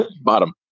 Bottom